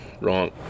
wrong